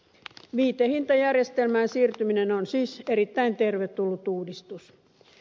viitehintajärjestelmään siirtyminen on siis erittäin tervetullut uudistus